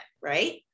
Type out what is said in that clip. right